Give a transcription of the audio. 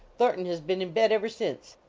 thornton has been in bed ever since.